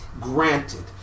Granted